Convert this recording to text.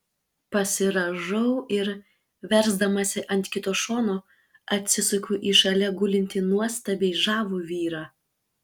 pasirąžau ir versdamasi ant kito šono atsisuku į šalia gulintį nuostabiai žavų vyrą